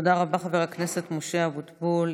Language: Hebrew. תודה רבה, חבר הכנסת משה אבוטבול.